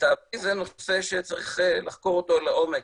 לדעתי זה נושא שצריך לחקור אותו לעומק,